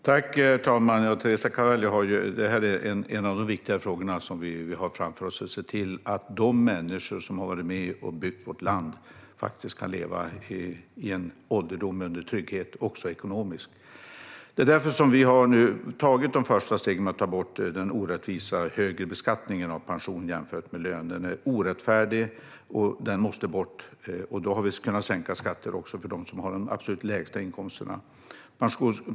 Herr talman! Det här är en av de viktigaste frågorna som vi har framför oss, Teresa Carvalho. Vi ska se till att de människor som har varit med och byggt vårt land kan leva i trygghet, också ekonomiskt, under ålderdomen. Därför har vi nu tagit de första stegen för att ta bort den orättvisa högre beskattningen av pension jämfört med lön. Den är orättfärdig, och den måste bort. Då har vi också kunnat sänka skatten för dem som har de absolut lägsta inkomsterna.